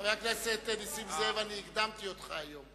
חבר הכנסת נסים זאב, הקדמתי אותך היום.